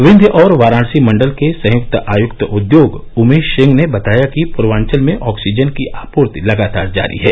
विंध्य और वाराणसी मंडल के संयुक्त आयुक्त उद्योग उमेश सिंह ने बताया कि पूर्वांचल में ऑक्सीजन की आपूर्ति लगातार जारी है